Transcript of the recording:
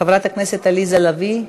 חברת הכנסת עליזה לביא,